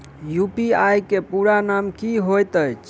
UPI केँ पूरा नाम की होइत अछि?